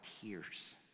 tears